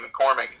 McCormick